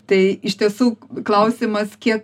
tai iš tiesų klausimas kiek